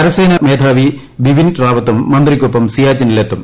കരസേനാ മേധാവി ബിപിൻ റാവത്തും മന്ത്രിക്കൊപ്പം സിയാചിനിലെത്തും